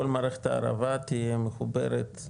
כל מערכת הערבה תהיה מחוברת,